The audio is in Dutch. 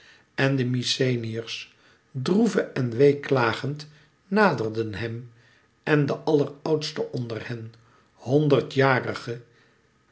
en de mykenæërs droeve en weeklagend naderden hem en de alleroudste onder hen honderdjarige